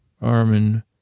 Armin